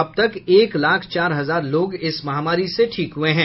अब तक एक लाख चार हजार लोग इस महामारी से ठीक हुए हैं